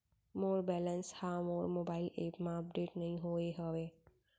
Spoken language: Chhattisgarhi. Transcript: मोर बैलन्स हा मोर मोबाईल एप मा अपडेट नहीं होय हवे